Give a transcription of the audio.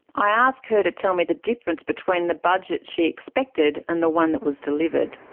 i ask her to tell me the difference between the budget she expected and the one that was delivered.